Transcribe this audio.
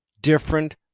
different